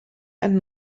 and